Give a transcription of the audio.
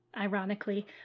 ironically